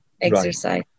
exercise